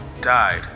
died